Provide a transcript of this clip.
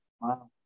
wow